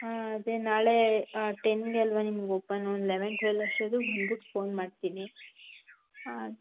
ಹಾಂ ಅದೇ ನಾಳೆ ಟೆನ್ನಿಗೆ ಅಲ್ಲವಾ ನಿಮ್ಗೆ ಓಪನ್ ಒಂದು ಲೆವನ್ ಟ್ವೆಲ್ ಅಷ್ಟೊತ್ತಿಗ್ ಬಂದ್ಬಿಟ್ ಪೋನ್ ಮಾಡ್ತೀನಿ ಹಾಂ